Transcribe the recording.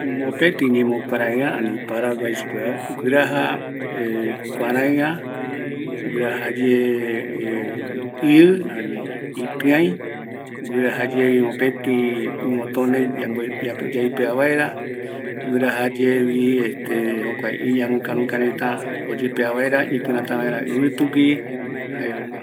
Mopetɨ ñemo küaraɨa, ani paragua jei supeva, guiraja kuüaraɨa, guiraja yee iɨ ani ɨtïaï, guiraja yevi mopetɨ iguotone yaipea vaera, guiraja yevi iñaruka rukareta, oyepea vaera ipɨrata vaera ɨvɨtu gui, jae jokua